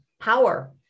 power